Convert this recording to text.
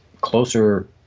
closer